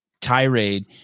tirade